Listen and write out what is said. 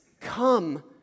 come